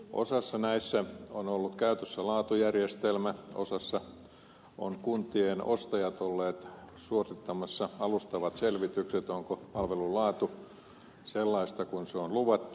osassa näistä on ollut käytössä laatujärjestelmä osassa ovat kuntien ostajat olleet suorittamassa alustavat selvitykset onko palvelun laatu sellaista kuin on luvattu